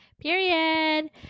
Period